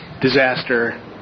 disaster